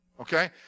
Okay